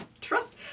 Trust